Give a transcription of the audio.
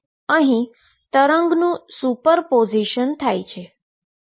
અહીં તરંગ નું સુપરપોઝિશનsuperposition થાય છે